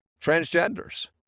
transgenders